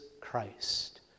Christ